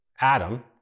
Adam